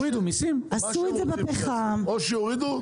או שיורידו?